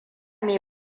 mai